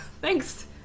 Thanks